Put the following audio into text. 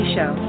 Show